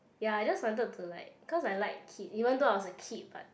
ya I just wanted to like cause I like kid even though I was a kid but